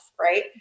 right